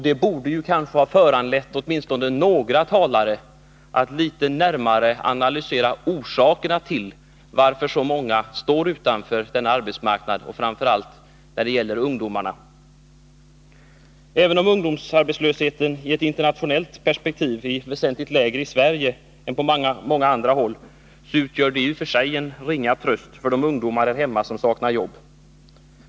Det borde kanske ha föranlett åtminstone några talare att litet närmare analysera orsakerna till att så många, framför allt ungdomar, står utanför arbetsmarknaden. Att ungdomsarbetslösheten i ett internationellt perspektiv är väsentligt lägre i Sverige än på många andra håll utgör i och för sig endast en ringa tröst för de ungdomar här hemma som saknar jobb.